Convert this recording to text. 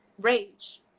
rage